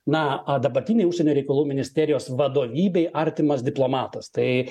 na o dabartinei užsienio reikalų ministerijos vadovybei artimas diplomatas tai